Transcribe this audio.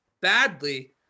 badly